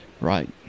Right